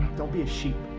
don't be a sheep